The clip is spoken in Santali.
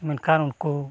ᱢᱮᱱᱠᱷᱟᱱ ᱩᱱᱠᱩ